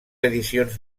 edicions